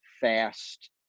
fast